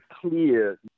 clear